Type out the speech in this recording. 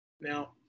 Now